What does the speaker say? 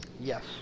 yes